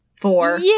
four